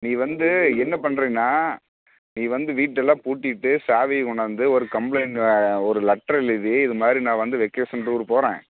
நீ வந்து என்ன பண்ணுறீன்னா நீ வந்து வீட்டெல்லாம் பூட்டிவிட்டு சாவியை கொண்டாந்து ஒரு கம்ப்ளைண்ட் ஒரு லெட்ரு எழுதி இது மாதிரி நா வந்து வெக்கேஷன் டூரு போகிறேன்